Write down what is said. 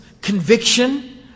conviction